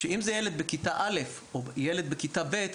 אם זה ילד בכיתה א' או בכיתה ב',